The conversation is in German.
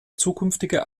zukünftige